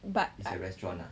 but I